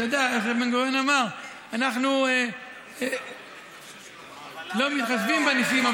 אתה יודע איך בן-גוריון אמר: אנחנו לא מתחשבים בניסים,